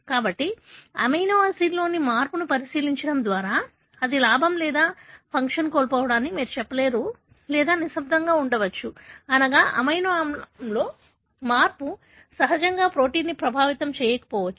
కాబట్టి అమైనో యాసిడ్లోని మార్పును పరిశీలించడం ద్వారా అది లాభం లేదా ఫంక్షన్ కోల్పోవడాన్ని మీరు చెప్పలేరు లేదా నిశ్శబ్దంగా ఉండవచ్చు అనగా అమైనో ఆమ్లంలో మార్పు నిజంగా ప్రోటీన్ను ప్రభావితం చేయకపోవచ్చు